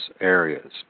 areas